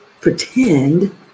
pretend